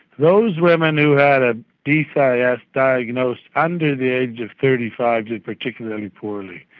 those women who had a dcis ah yeah diagnosed under the age of thirty five did particularly poorly.